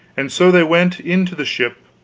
and so they went into the ship,